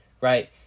right